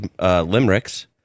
limericks